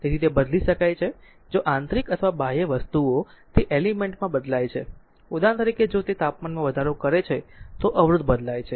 તેથી તે બદલી શકાય છે જો આંતરિક અથવા બાહ્ય વસ્તુઓ તે એલિમેન્ટ માં બદલાય છે ઉદાહરણ તરીકે જો તે તાપમાનમાં વધારો કરે છે તો અવરોધ બદલાય છે